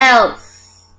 else